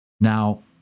Now